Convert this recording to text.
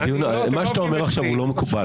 מה שאתה אומר עכשיו לא מקובל.